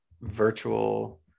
virtual